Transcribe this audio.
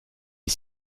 est